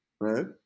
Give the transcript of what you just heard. Right